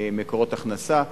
מקורות הכנסה.